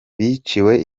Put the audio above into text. biciwe